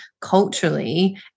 culturally